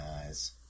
eyes